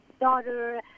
daughter